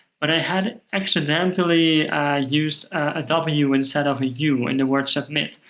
but i had accidentally used a w instead of a u in the word submit.